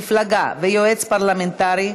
מפלגה ויועץ פרלמנטרי),